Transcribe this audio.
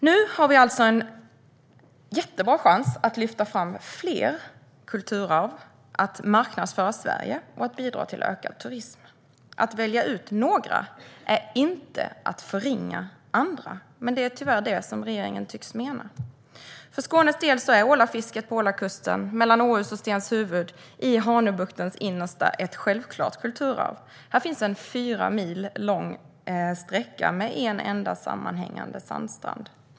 Nu har vi alltså en jättebra chans att lyfta fram fler kulturarv, att marknadsföra Sverige och att bidra till ökad turism. Att välja ut vissa är inte att förringa andra, men det är tyvärr det regeringen tycks mena. För Skånes del är ålafisket på ålakusten mellan Åhus och Stenshuvud, i Hanöbuktens innersta, ett självklart kulturarv. Här finns en fyra mil lång sträcka med en enda sammanhängande sandstrand.